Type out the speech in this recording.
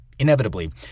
Inevitably